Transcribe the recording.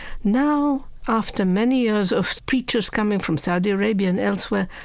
now, after many years of preachers coming from saudi arabia and elsewhere,